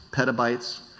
pet a bites,